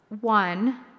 one